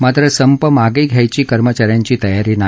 मात्र संप मागे घ्यायची कर्मचा यांची तयारी नाही